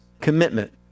commitment